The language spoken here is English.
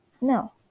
No